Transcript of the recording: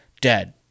dead